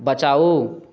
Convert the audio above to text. बचाउ